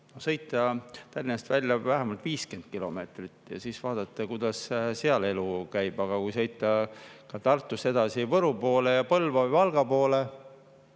sõita Tallinnast välja vähemalt 50 kilomeetrit ja vaadata, kuidas seal elu käib. Aga kui sõita Tartust edasi Võru poole, Põlva või Valga poole,